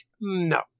no